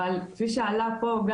אבל כפי שעלה פה,